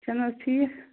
چھُنہٕ حظ ٹھیٖک